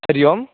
हरिः ओम्